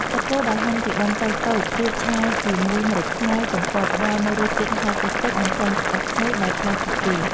សាច់គោដែលហាន់ជាដុំតូចៗរួចឆាជាមួយម្រេចខ្មៅកំពតផ្តល់នូវរសជាតិហឹរតិចៗនិងក្លិនក្រអូបឈ្ងុយដែលប្លែកពីគេ។